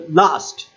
last